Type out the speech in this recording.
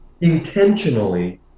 intentionally